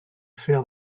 faire